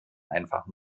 einfach